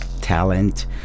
talent